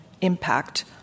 impact